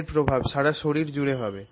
এর প্রভাব সারা শরীর জুড়ে হবে